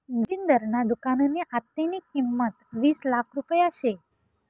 जोगिंदरना दुकाननी आत्तेनी किंमत वीस लाख रुपया शे